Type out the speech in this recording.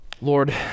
Lord